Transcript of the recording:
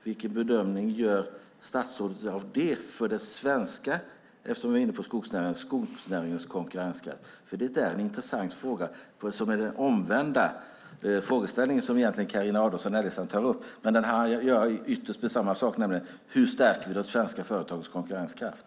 Vilken bedömning gör statsrådet av det för den svenska skogsnäringens konkurrenskraft? Det är en intressant fråga. Det är egentligen den omvända frågeställning som Carina Adolfsson Elgestam tar upp, men den handlar ytterst om samma sak, nämligen hur vi stärker de svenska företagens konkurrenskraft.